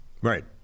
Right